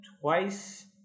twice